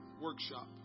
workshop